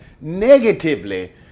negatively